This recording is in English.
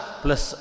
plus